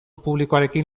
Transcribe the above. publikoarekin